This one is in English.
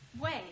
Wait